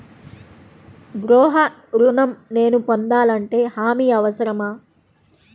గృహ ఋణం నేను పొందాలంటే హామీ అవసరమా?